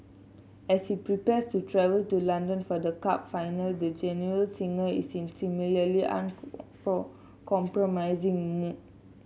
as he prepares to travel to London for the cup final the genial singer is in similarly compromising mood